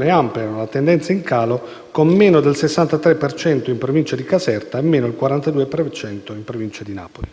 ed ampliano la tendenza in calo, con meno del 63 per cento in Provincia di Caserta e meno del 42 per cento in Provincia di Napoli.